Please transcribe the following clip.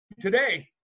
today